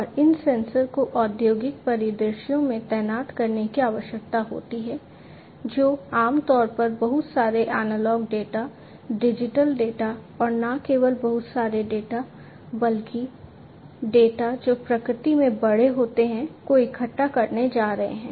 और इन सेंसर को औद्योगिक परिदृश्यों में तैनात करने की आवश्यकता होती है जो आमतौर पर बहुत सारे एनालॉग डेटा डिजिटल डेटा और न केवल बहुत सारे डेटा बल्कि डेटा जो प्रकृति में बड़े होते हैं को इकट्ठा करने जा रहे हैं